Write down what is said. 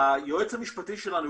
היועץ המשפטי שלנו,